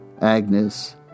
Agnes